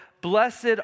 blessed